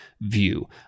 view